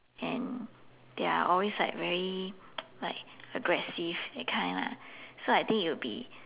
and they are always like very like aggressive that kind lah so I think it would be